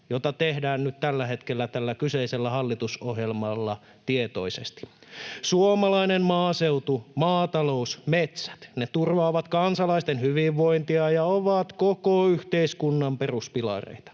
jota tehdään nyt tällä hetkellä tällä kyseisellä hallitusohjelmalla tietoisesti. Suomalainen maaseutu, maatalous, metsät — ne turvaavat kansalaisten hyvinvointia ja ovat koko yhteiskunnan peruspilareita.